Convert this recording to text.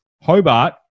Hobart